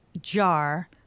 jar